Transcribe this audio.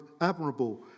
admirable